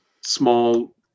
small